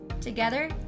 Together